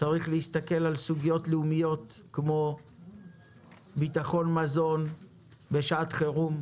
צריך להסתכל על סוגיות לאומיות כמו ביטחון מזון בשעת חירום.